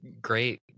great